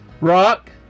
Rock